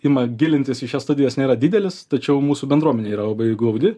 ima gilintis į šias studijas nėra didelis tačiau mūsų bendruomenė yra labai glaudi